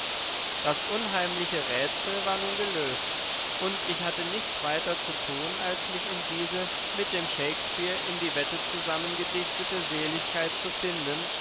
das unheimliche rätsel war nun gelöst und ich hatte nichts weiter zu tun als mich in diese mit dem shakespeare in die wette zusammengedichtete seligkeit zu finden